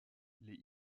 les